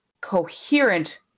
coherent